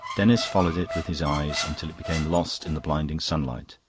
denis followed it with his eyes until it became lost in the blinding sunlight.